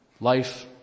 Life